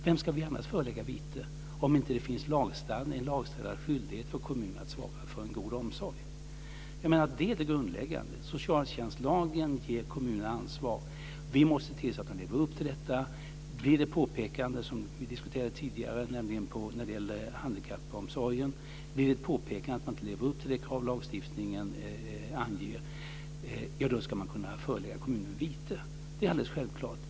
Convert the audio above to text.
Vem ska vi annars förelägga vite, om det inte finns en lagstadgad skyldighet för kommunerna att svara för en god omsorg? Det är grundläggande. Socialtjänstlagen ger kommunerna ansvar. Vi måste se till att de lever upp till det. Vi diskuterade tidigare handikappomsorgen. Om det blir ett påpekande om att kommunen inte lever upp till de krav lagstiftningen anger, ska man kunna förelägga kommunen vite. Det är alldeles självklart.